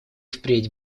впредь